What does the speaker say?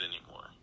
anymore